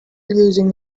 using